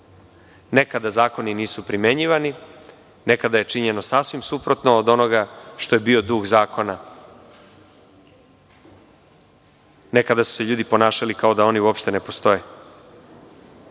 Nekada zakoni nisu primenjivani, nekada je činjeno sasvim suprotno od onoga što je bio duh zakona, nekada su se ljudi ponašali kao da oni uopšte ne postoje.I